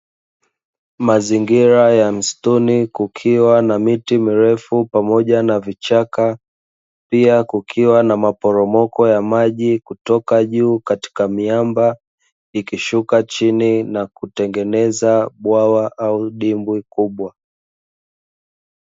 Mazingira ya msituni kukiwa na miti mirefu pamoja na vichaka, pia kukiwa na maporomoko ya maji kutoka juu katika miamba ikishuka chini na kutengeneza bwawa au dimbwi kubwa.